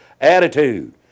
attitude